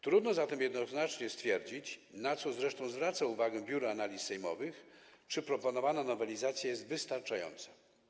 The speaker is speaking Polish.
Trudno zatem jednoznacznie stwierdzić, na co zresztą zwraca uwagę Biuro Analiz Sejmowych, czy proponowana nowelizacja jest wystarczająca.